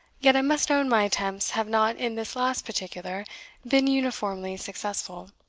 yet i must own my attempts have not in this last particular been uniformly successful.